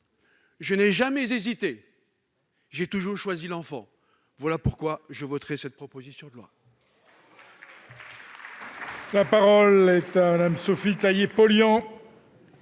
je n'ai jamais hésité, j'ai toujours choisi l'enfant. Voilà pourquoi je voterai cette proposition de loi.